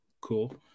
Cool